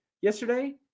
yesterday